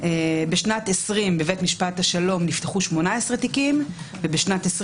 בשנת 20' בבית משפט השלום נפתחו 18 תיקים, וב-21'